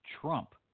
Trump